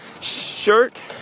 shirt